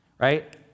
right